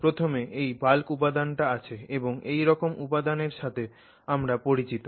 প্রথমে এই বাল্ক উপাদানটা আছে এবং এই রকম উপাদানের সাথে আমরা পরিচিত